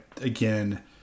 again